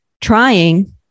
trying